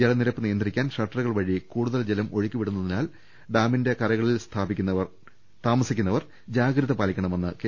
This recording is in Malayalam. ജലനിരപ്പ് നിയന്ത്രിക്കാൻ ഷട്ടറുകൾ വഴി കൂടുതൽ ജലം ഒഴുക്കിവി ടുന്നതിനാൽ ഡാമിന്റെ ഇരുകരകളിലും താമസിക്കുന്നവർ ജാഗ്രത പാലി ക്കണമെന്ന് കെ